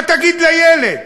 מה תגיד לילד?